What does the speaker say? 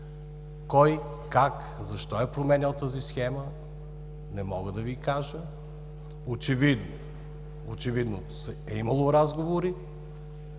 Кой, как, защо е променял тази схема, не мога да Ви кажа. Очевидно е имало разговори